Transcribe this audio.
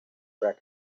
record